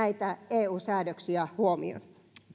eu säädöksiä huomioon